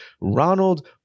Ronald